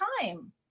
time